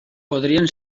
podrien